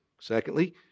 Secondly